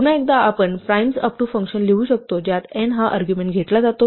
पुन्हा एकदा आपण primesupto फंक्शन लिहू शकतो ज्यात n हा अर्ग्युमेण्ट घेतला जातो